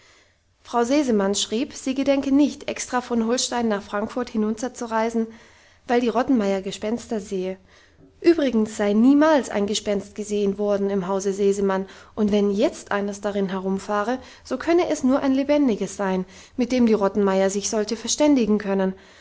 frau sesemann schrieb sie gedenke nicht extra von holstein nach frankfurt hinunterzureisen weil die rottenmeier gespenster sehe übrigens sei niemals ein gespenst gesehen worden im hause sesemann und wenn jetzt eines darin herumfahre so könne es nur ein lebendiges sein mit dem die rottenmeier sich sollte verständigen können